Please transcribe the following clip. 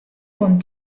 con